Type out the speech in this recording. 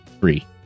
three